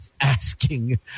asking